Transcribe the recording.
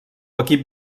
equip